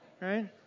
right